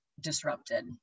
disrupted